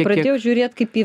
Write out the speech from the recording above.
pradėjo žiūrėt kaip į